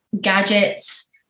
gadgets